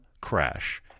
crash